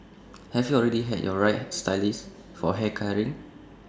have you already had your right stylist for hair colouring